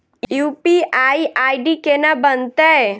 UPI ID केना बनतै?